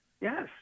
yes